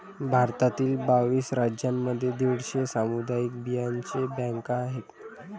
भारतातील बावीस राज्यांमध्ये दीडशे सामुदायिक बियांचे बँका आहेत